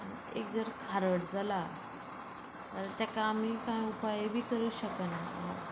एक जर खारड जाला तेका आमी कांय उपाय बी करूंक शकना